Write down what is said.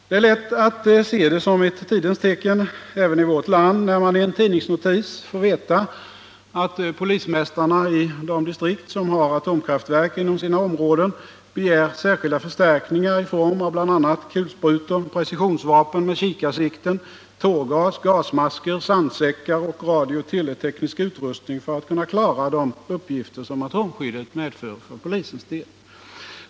Det är lätt att se det som ett tidens tecken även i vårt land när man i en tidningsnotis får veta att polismästarna i de distrikt som har atomkraftverk inom sina områden begär särskilda förstärkningar i form av bl.a. kulsprutor, precisionsvapen med kikarsikten, tårgas, gasmasker, sandsäckar och radiooch teleteknisk utrustning för att kunna klara de uppgifter som atomskyddet medför för polisens del.